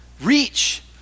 reach